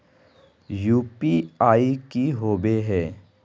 UPI की होबे है?